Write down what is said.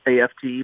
AFT